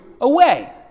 away